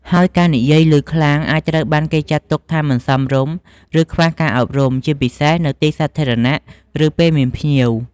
ហើយការនិយាយឮខ្លាំង អាចត្រូវបានគេចាត់ទុកថាមិនសមរម្យ ឬខ្វះការអប់រំ ជាពិសេសនៅទីសាធារណៈ ឬពេលមានភ្ញៀវ។